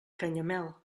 canyamel